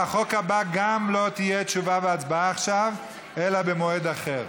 גם על החוק הבא לא תהיה תשובה והצבעה עכשיו אלא במועד אחר,